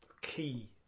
key